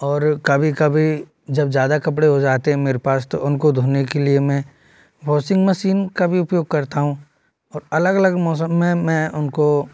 और कभी कभी जब ज़्यादा कपड़े हो जाते हैं मेरे पास तो उनको धोने के लिए मैं वॉशिंग मशीन का भी उपयोग करता हूँ और अलग अलग मौसम में मैं उनको